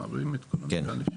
אוקיי.